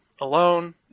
alone